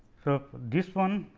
so, this one,